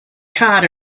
cod